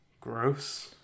gross